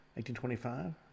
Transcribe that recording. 1825